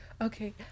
Okay